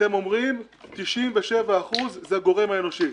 אתם אומרים: 97% זה הגורם האנושי.